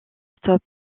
stop